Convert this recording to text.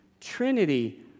Trinity